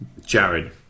Jared